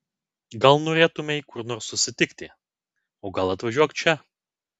gal norėtumei kur nors susitikti o gal atvažiuok čia